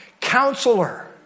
Counselor